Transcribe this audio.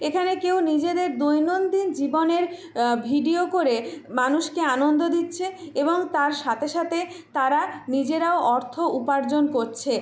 এখানে কেউ নিজেদের দৈনন্দিন জীবনের ভিডিও করে মানুষকে আনন্দ দিচ্ছে এবং তার সাথে সাথে তারা নিজেরাও অর্থ উপার্জন করছে